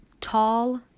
tall